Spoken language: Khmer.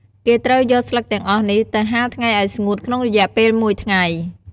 គេត្រូវយកស្លឹកទាំងអស់នេះទៅហាលថ្ងៃឱ្យស្ងួត ក្នុងរយៈពេលមួយថ្ងៃ។